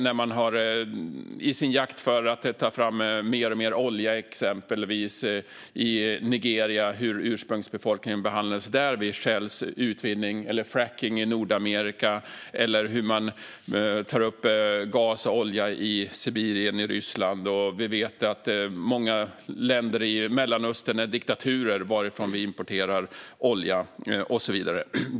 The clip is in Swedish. Det gäller till exempel hur ursprungsbefolkningen behandlades vid Shells utvidgning i jakten på att ta fram mer och mer olja i Nigeria, frackning i Nordamerika och hur man tar upp gas och olja i Sibirien i Ryssland. Vi vet också att många länder i Mellanöstern är diktaturer varifrån vi importerar olja.